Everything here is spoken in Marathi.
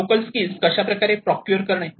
लोकल स्किल्स कशाप्रकारे प्रॉक्योर करणे